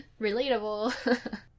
Relatable